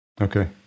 Okay